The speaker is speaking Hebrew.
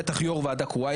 בטח יו"ר ועדה קרואה,